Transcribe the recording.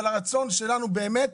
הרצון שלנו הוא באמת